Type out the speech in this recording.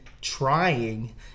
trying